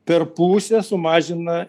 per pusę sumažina